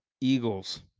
Eagles